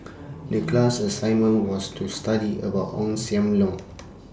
The class assignment was to study about Ong SAM Leong